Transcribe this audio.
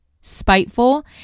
Spiteful